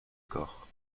corps